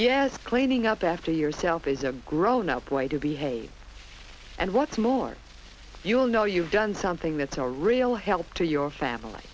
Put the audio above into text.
yeah cleaning up after yourself is a grownup way to behave and what's more you'll know you've done something that's a real help to your family